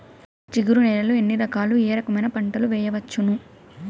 జిగురు నేలలు ఎన్ని రకాలు ఏ రకమైన పంటలు వేయవచ్చును?